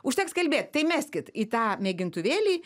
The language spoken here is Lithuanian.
užteks kalbėt tai meskit į tą mėgintuvėlį